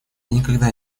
никогда